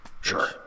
Sure